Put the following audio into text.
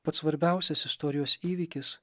pats svarbiausias istorijos įvykis